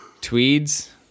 Tweeds